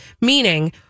meaning